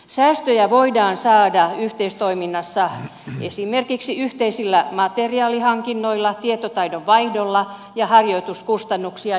säästöjä voidaan saada yhteistoiminnassa esimerkiksi yhteisillä materiaalihankinnoilla tietotaidon vaihdolla ja harjoituskustannuksia jakamalla